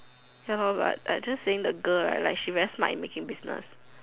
ya lor but I just saying the girl right like she very smart in making business